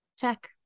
Check